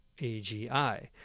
AGI